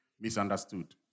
misunderstood